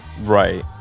right